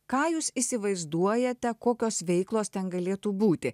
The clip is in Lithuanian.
ką jūs įsivaizduojate kokios veiklos ten galėtų būti